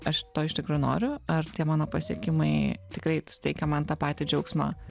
aš to iš tikrųjų noriu ar tie mano pasiekimai tikrai suteikia man tą patį džiaugsmą